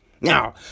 Now